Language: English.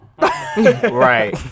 Right